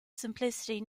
simplicity